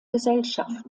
gesellschaft